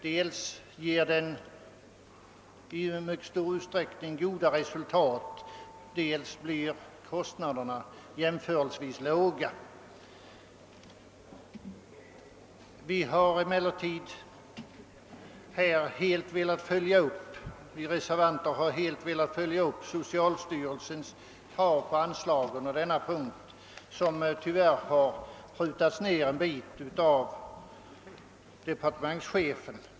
Dels ger den i mycket stor utsträckning goda resultat, dels blir kostnaderna jämförelsevis låga. Vi reservanter har emellertid helt velat följa upp socialstyrelsens krav på anslag under denna punkt, vilket krav tyvärr har prutats ned en bit av departementschefen.